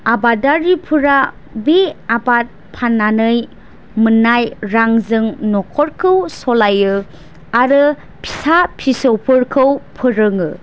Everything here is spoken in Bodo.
आबादारिफोरा बे आबाद फाननानै मोननाय रांजों न'खरखौ सलायो आरो फिसा फिसौफोरखौ फोरोङो